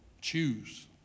Choose